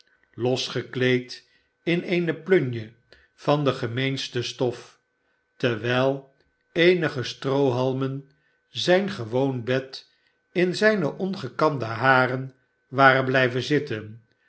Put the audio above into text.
los gekleed in eene plunje van de gemeenste stof terwijl eenige stroohalmen zijn gewoon bed in zijne ongekamde haren waren blijven zitten